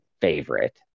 favorite